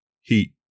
heat